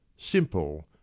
simple